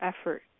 effort